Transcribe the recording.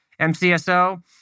MCSO